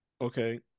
Okay